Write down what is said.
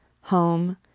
home